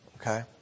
okay